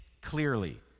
clearly